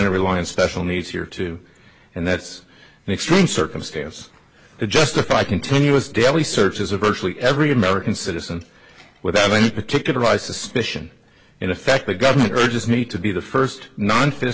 to rely on special needs here too and that's an extreme circumstance to justify continuous daily searches of virtually every american citizen without any particular i suspicion in effect the government just need to be the first non